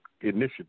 initiative